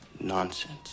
Nonsense